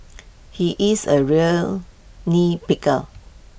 he is A real nitpicker